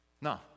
No